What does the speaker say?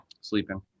sleeping